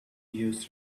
used